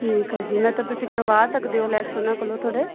ਠੀਕ ਹੈ ਜੀ ਮੈਂ ਤਾਂ ਤੁਸੀਂ ਕਰਵਾ ਸਕਦੇ ਹੋ ਲੈਸ ਉਹਨਾਂ ਕੋਲੋਂ ਥੋੜ੍ਹੇ